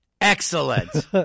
Excellent